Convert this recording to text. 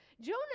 Jonah